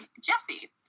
Jesse